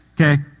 okay